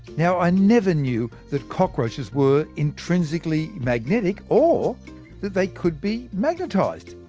now i never knew that cockroaches were intrinsically magnetic or that they could be magnetised.